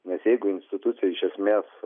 nes jeigu institucija iš esmės